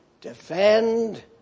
defend